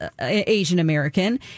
Asian-American